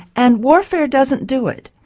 and warfare doesn't do it.